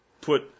put